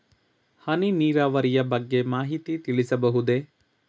ಹನಿ ನೀರಾವರಿಯ ಬಗ್ಗೆ ಮಾಹಿತಿ ತಿಳಿಸಬಹುದೇ?